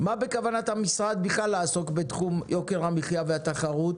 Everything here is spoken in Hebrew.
מה בכוונת המשרד בכלל לעשות בתחום יוקר המחיה והתחרות